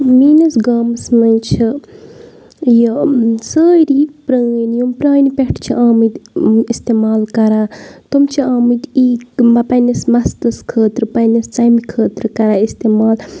میٛٲنِس گامَس منٛز چھِ یہِ سٲری پرٛٲنۍ یِم پرٛانہِ پٮ۪ٹھ چھِ آمٕتۍ استعمال کران تِم چھِ آمٕتۍ یی پنٛنِس مَستَس خٲطرٕ پنٛںِس ژَمہِ خٲطرٕ کَران استعمال